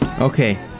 Okay